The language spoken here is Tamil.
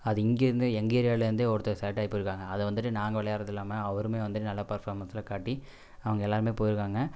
அது இங்கேருந்தே எங்கள் ஏரியாலே இருந்தே ஒருத்தர் செலெக்ட் ஆகி போயிருக்காங்க அதை வந்துகிட்டு நாங்கள் விளையாட்றதும் இல்லாமல் அவருமே வந்து நல்ல பெர்ஃபாமன்ஸ்லாம் காட்டி அவங்க எல்லாருமே போயிருக்காங்கள்